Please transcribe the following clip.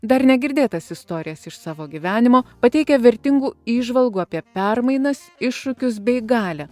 dar negirdėtas istorijas iš savo gyvenimo pateikia vertingų įžvalgų apie permainas iššūkius bei galią